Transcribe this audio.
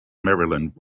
maryland